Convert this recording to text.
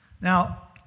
Now